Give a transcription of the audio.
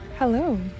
Hello